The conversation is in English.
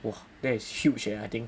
!wah! that is huge eh I think